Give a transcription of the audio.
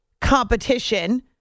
competition